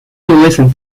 listen